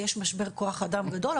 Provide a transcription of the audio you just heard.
יש משבר כוח אדם גדול,